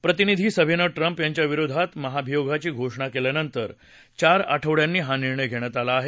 प्रतिनिधी सभेनं ट्रम्प यांच्या विरोधात महाभियोगाची घोषणा केल्यानंतर चार आठवड्यांनी हा निर्णय घेण्यात आला आहे